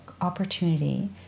opportunity